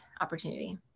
opportunity